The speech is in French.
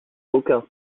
aucun